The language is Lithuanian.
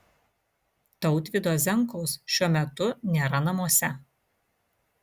tautvydo zenkaus šiuo metu nėra namuose